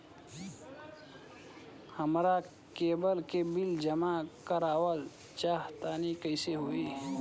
हमरा केबल के बिल जमा करावल चहा तनि कइसे होई?